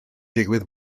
digwydd